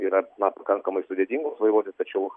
yra na pakankamai sudėtingos vairuoti tačiau